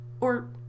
Or